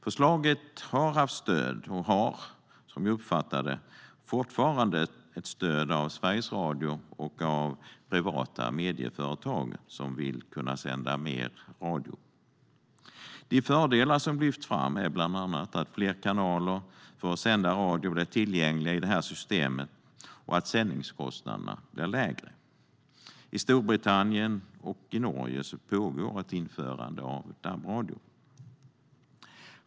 Förslaget har haft stöd och har, som jag uppfattar det, fortfarande stöd av Sveriges Radio och av privata medieföretag som vill kunna sända mer radio. De fördelar som lyfts fram är bland annat att fler kanaler för att sända radio blir tillgängliga i det här systemet och att sändningskostnaderna blir lägre. I Storbritannien och Norge pågår ett införande av DAB-radio.